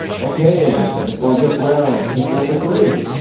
okay, and for this round, team number three.